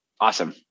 awesome